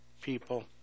people